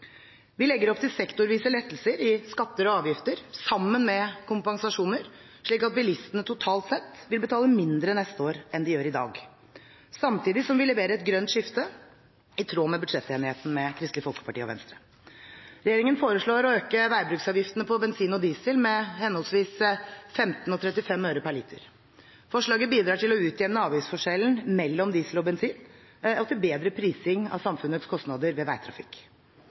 Vi legger opp til sektorvise lettelser i skatter og avgifter sammen med kompensasjoner, slik at bilistene totalt sett vil betale mindre neste år enn de gjør i dag, samtidig som vi leverer et grønt skifte i tråd med budsjettenigheten med Kristelig Folkeparti og Venstre. Regjeringen foreslår å øke veibruksavgiftene på bensin og diesel reelt med henholdsvis 15 og 35 øre per liter. Forslaget bidrar til å utjevne avgiftsforskjellen mellom diesel og bensin og til bedre prising av samfunnets kostnader ved veitrafikk.